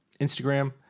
Instagram